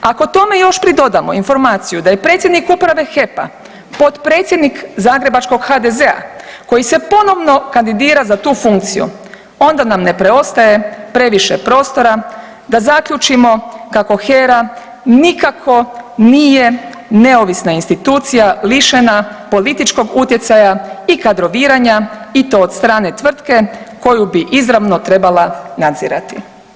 Ako tome još pridodamo informaciju da je predsjednik uprave HEP-a, potpredsjednik zagrebačkog HDZ-a koji se ponovno kandidira za tu funkciju onda nam ne preostaje previše prostora da zaključimo kako HERA nikako nije neovisna institucija lišena političkog utjecaja i kadroviranja i to od strane tvrtke koju bi izravno trebala nadzirati.